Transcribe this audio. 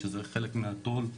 שזה חלק מהתו"ל,